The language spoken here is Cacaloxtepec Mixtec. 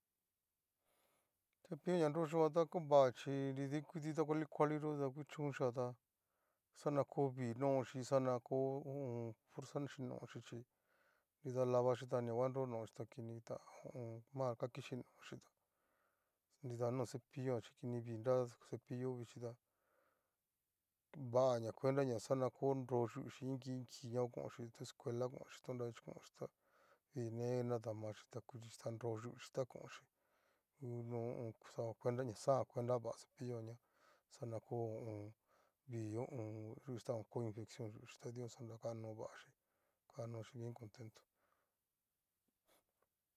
Cepillo na nro yuojan ta ova chi nridaikuti ta kuali kualiyo kuchónxia ta xana kovii nochí xana kovii ho o on, fuerza shí no'oxhichi labachí ta ni va nro no'oxhíta kinida mal, kakichí no'oxhí tá, nrida no cepilloja ta kini vii nra cepillo vixhí tá, va ña cuenta ña xa kuenta ña xa onru yu'uxi inki inki ña okonxhí to escuela konchí nra ichí onxí tá vine nadaxhí ta kuxhixi ta nro yuxhí ta konxhí, uno ho o on xao cuentaña xa'ajan cuenta va cepillojanña xa na ko ho o on. vii ho o on. yuxhí ta oko infeccion yu'uxhí ta dikan xanra okano vaxhí, kakanoxhí bien contento.